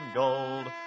gold